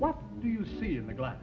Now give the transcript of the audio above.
what do you see in the glass